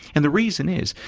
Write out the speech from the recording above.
and the reason is,